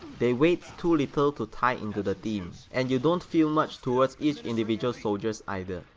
they weights too little to tie into the theme, and you don't feel much towards each individual soldiers either,